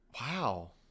Wow